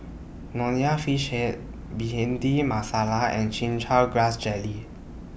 Nonya Fish Head Bhindi Masala and Chin Chow Grass Jelly